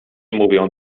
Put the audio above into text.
mówią